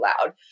loud